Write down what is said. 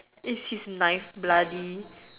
is his knife bloody